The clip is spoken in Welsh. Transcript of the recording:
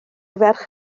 ferch